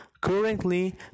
Currently